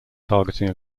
targeting